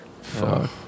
Fuck